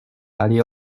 allez